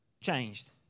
changed